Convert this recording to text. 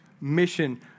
mission